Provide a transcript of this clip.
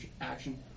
action